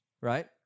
right